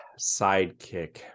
sidekick